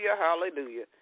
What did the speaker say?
hallelujah